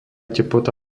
teplota